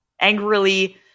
angrily